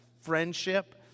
friendship